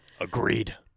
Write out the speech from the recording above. Agreed